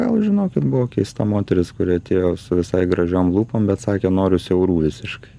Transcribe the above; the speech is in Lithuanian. gal žinokit buvo keista moteris kuri atėjo su visai gražiom lūpom bet sakė noriu siaurų visiškai